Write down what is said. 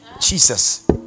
Jesus